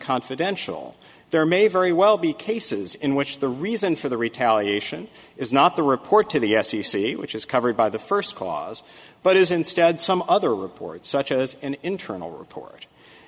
confidential there may very well be cases in which the reason for the retaliation is not the report to the f c c which is covered by the first clause but is instead some other report such as an internal report